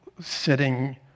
sitting